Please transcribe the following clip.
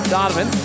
Donovan